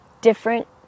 different